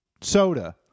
soda